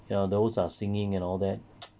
ya those are singing and all that